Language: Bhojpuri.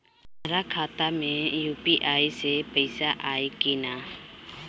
हमारा खाता मे यू.पी.आई से पईसा आई कि ना?